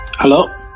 Hello